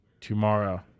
Tomorrow